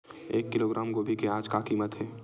एक किलोग्राम गोभी के आज का कीमत हे?